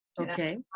Okay